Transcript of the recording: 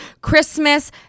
Christmas